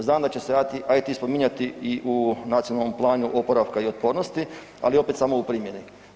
Znam da će se IT spominjati i u nacionalnom planu oporavka i otpornosti, ali opet samo u primjeni.